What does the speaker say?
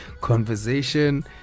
conversation